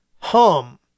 Hum